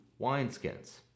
wineskins